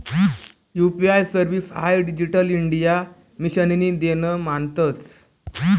UPI service हाई digital India मिशननी देन मानतंस